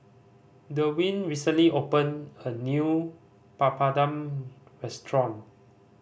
Derwin recently opened a new Papadum restaurant